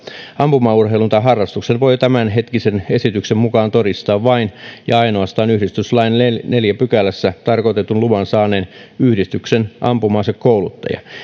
ampumaurheilun tai harrastuksen voi tämänhetkisen esityksen mukaan todistaa vain ja ainoastaan yhdistyslain neljännessä pykälässä tarkoitetun luvan saaneen yhdistyksen ampuma asekouluttaja